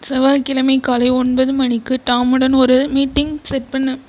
செவ்வாய்க்கிழமை காலை ஒன்பது மணிக்கு டாம்முடன் ஒரு மீட்டிங் செட் பண்ணு